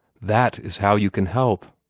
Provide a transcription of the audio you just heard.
that is how you can help!